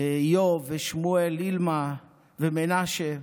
איוב ושמואל אילמה ומנשה,